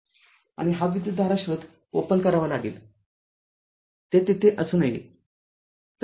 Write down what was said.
आणि हा विद्युतधारा स्रोत ओपन करावा लागेलते तिथे असू नये